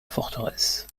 forteresse